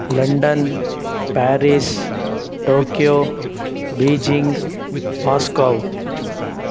London Paris Tokyo Beijing Moscow